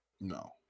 No